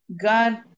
God